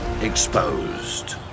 exposed